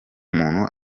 muntu